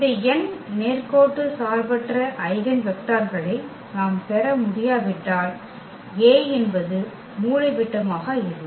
இந்த n நேர்கோட்டு சார்பற்ற ஐகென் வெக்டர்களை நாம் பெற முடியாவிட்டால் A என்பது மூலைவிட்டமாக இல்லை